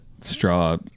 straw